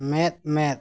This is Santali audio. ᱢᱮᱫᱼᱢᱮᱫ